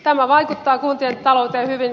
tämä vaikuttaa kuntien taloudellinen